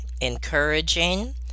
encouraging